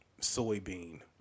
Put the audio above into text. soybean